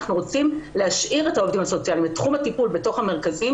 אנחנו רוצים להשאיר את העובדים הסוציאליים בתחום הטיפול בתוך המרכזים